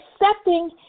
accepting